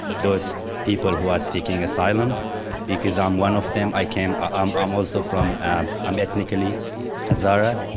those people who are seeking asylum because i'm one of them. i came um i'm also from i'm ethnically hazara.